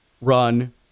run